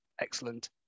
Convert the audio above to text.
excellent